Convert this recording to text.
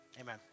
amen